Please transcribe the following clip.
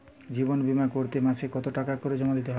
জীবন বিমা করতে মাসে কতো টাকা জমা দিতে হয়?